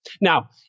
Now